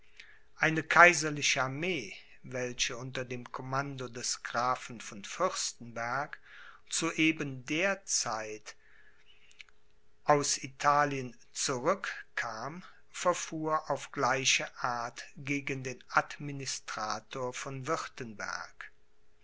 eine kaiserliche armee welche unter dem commando des grafen von fürstenberg zu eben der zeit ans italien zurückkam verfuhr auf gleiche art gegen den administrator von